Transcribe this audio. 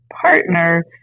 partner